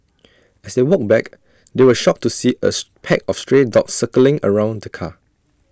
as they walked back they were shocked to see as pack of stray dogs circling around the car